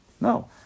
No